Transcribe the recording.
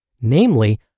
namely